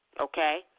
okay